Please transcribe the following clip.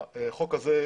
בחוק הזה,